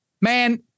man